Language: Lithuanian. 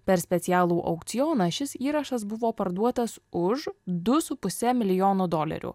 per specialų aukcioną šis įrašas buvo parduotas už du su puse milijono dolerių